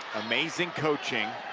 amazing coaching